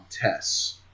tests